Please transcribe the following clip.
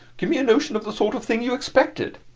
give me a notion of the sort of thing you expected.